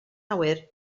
awyr